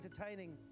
entertaining